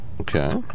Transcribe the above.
Okay